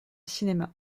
cinéma